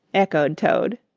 echoed toad.